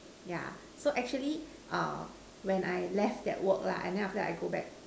yeah so actually err when I left that work lah and then I go back